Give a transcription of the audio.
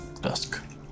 dusk